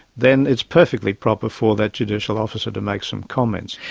then it's perfectly proper for that judicial officer to make some comments.